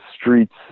streets